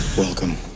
Welcome